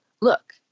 look